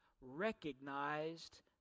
recognized